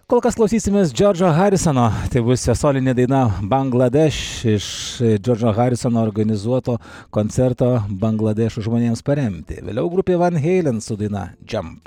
kol kas klausysimės džordžo harisono tai bus jo solinė daina bangladeš iš džordžo harisono organizuoto koncerto bangladešo žmonėms paremti vėliau grupė van heilen su daina džiamp